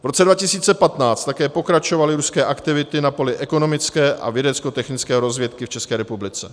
V roce 2015 také pokračovaly ruské aktivity na poli ekonomické a vědeckotechnické rozvědky v České republice.